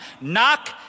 Knock